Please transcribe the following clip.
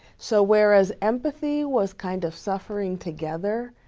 so where as empathy was kind of suffering together,